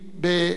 ב"וואי פלנטיישן"